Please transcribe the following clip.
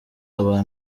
aba